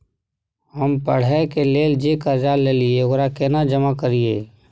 हम पढ़े के लेल जे कर्जा ललिये ओकरा केना जमा करिए?